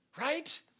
Right